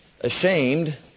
ashamed